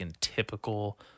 typical